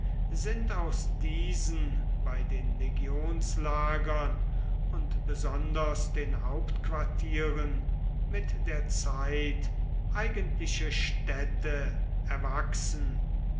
sind aus diesen bei den legionslagern und besonders den hauptquartieren mit der zeit eigentliche städte erwachsen